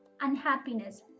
unhappiness